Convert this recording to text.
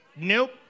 Nope